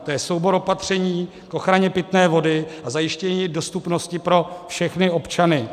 To je soubor opatření k ochraně pitné vody a zajištění její dostupnosti pro všechny občany.